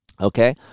Okay